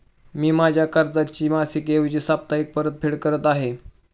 मी माझ्या कर्जाची मासिक ऐवजी साप्ताहिक परतफेड करत आहे